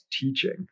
teaching